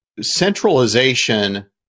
centralization